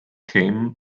came